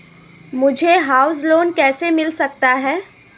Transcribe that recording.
मुझे house loan कैसे मिल सकता है?